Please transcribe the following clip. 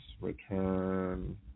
return